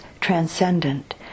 transcendent